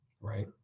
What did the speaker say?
Right